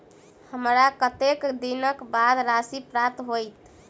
हमरा कत्तेक दिनक बाद राशि प्राप्त होइत?